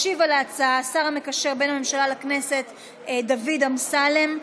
ישיב על ההצעה השר המקשר בין הממשלה לכנסת דוד אמסלם.